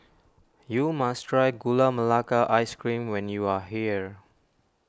you must try Gula Melaka Ice Cream when you are here